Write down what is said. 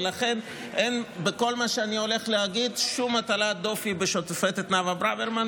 ולכן אין בכל מה שאני הולך להגיד שום הטלת דופי בשופטת נאוה ברוורמן.